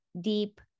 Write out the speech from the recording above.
deep